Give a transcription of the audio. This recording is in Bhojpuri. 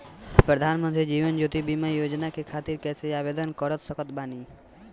प्रधानमंत्री जीवन ज्योति बीमा योजना खातिर कैसे आवेदन कर सकत बानी?